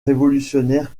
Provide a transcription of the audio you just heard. révolutionnaires